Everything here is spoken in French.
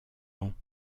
ans